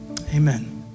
Amen